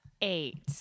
Eight